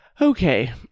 Okay